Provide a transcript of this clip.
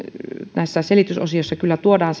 selitysosioissa kyllä tuodaan